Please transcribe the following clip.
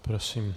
Prosím.